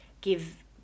give